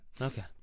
Okay